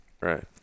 Right